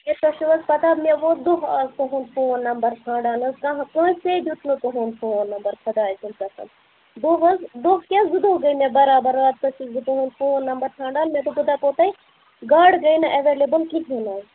ہے تۄہہِ چھَو حظ پتاہ مےٚ ووٚت دۄہ اَز تُہُنٛد فون نمبر ژھانٛڈان حظ کانٛہہ کٲنٛسے دیُت نہٕ تُہُنٛد فون نمبر خۄداے سُنٛد قسم دۄہ حظ دۄہ کیٛاہ زٕ دوہ گٔے مےٚ برابر راتہٕ پٮ۪ٹھٕ چھَس بہٕ تُہُنٛد فون نمبر ژھانٛڈان مےٚ دوٚپ بہٕ دَپہو تۄہہِ گاڈٕ گٔے نہٕ ایٚوَیلیبُل کِہیٖنٛۍ نہٕ حظ